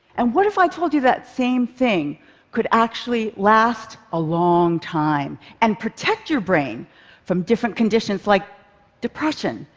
and what if i told you that same thing could actually last a long time and protect your brain from different conditions like depression,